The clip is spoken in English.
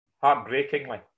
heartbreakingly